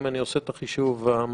אם אני עושה את החישוב המהיר.